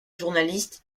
journaliste